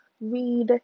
read